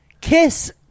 Kiss